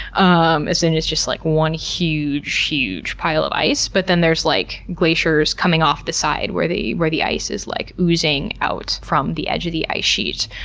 um as in it's just like one huge, huge pile of ice. but then there's like glaciers coming off the side where the where the ice is like oozing out from the edge of the ice sheet.